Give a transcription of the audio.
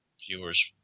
viewers